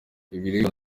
ibiribwa